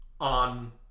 on